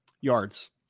yards